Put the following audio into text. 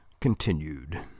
continued